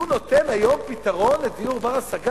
הוא נותן היום פתרון לדיור בר-השגה?